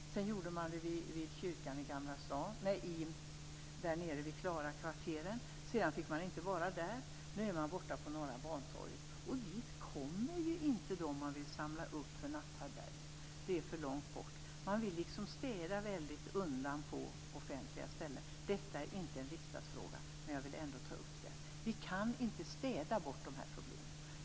Därefter gjorde man det nere i Klarakvarteren, men sedan fick man inte vara där. Nu är man borta på Norra Bantorget. Dit kommer inte de som man vill samla upp för natthärbärge. Det är för långt bort. Man vill städa undan på offentliga ställen. Detta är inte en riksdagsfråga, men jag vill ändå ta upp den. Vi kan inte städa bort dessa problem.